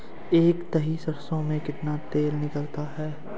एक दही सरसों में कितना तेल निकलता है?